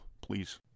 Please